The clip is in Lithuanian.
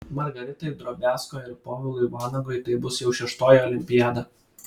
margaritai drobiazko ir povilui vanagui tai bus jau šeštoji olimpiada